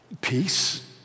peace